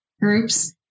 groups